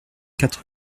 quatre